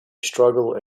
struggle